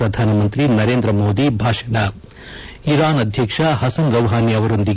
ಪ್ರಧಾನಮಂತ್ರಿ ನರೇಂದ್ರ ಮೋದಿ ಭಾಷಣ ಇರಾನ್ ಅಧ್ಯಕ್ಷ ಹಸನ್ ರೊಹಾನಿ ಅವರೊಂದಿಗೆ ಚರ್ಚೆ